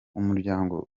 umuryango